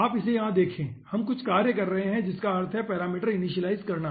आप इसे यहां देखें हम कुछ कार्य कर रहे हैं जिसका अर्थ है पैरामीटर इनिशियलाइज़ करना